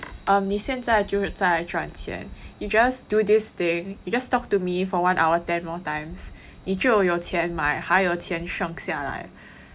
um 你现在就是在赚钱 you just do this thing you just talk to me for one hour ten more times 你就有钱买还有钱剩下来